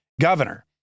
governor